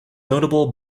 notable